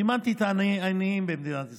סימנתי את העניים במדינת ישראל.